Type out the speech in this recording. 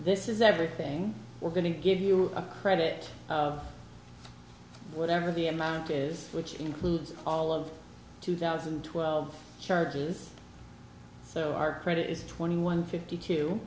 this is everything we're going to give you a credit of whatever the amount is which includes all of two thousand and twelve charges so our credit is twenty one fifty two